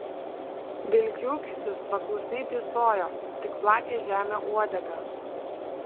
vilkiūkštis paklusniai tysojo tik plakė žemę uodegą